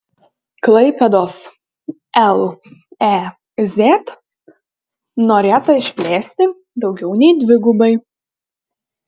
klaipėdos lez norėta išplėsti daugiau nei dvigubai